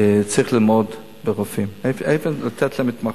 צריך ללמד רופאים, איפה לתת להם התמחות.